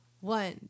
One